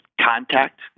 contact